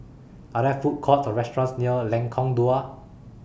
Are There Food Courts Or restaurants near Lengkong Dua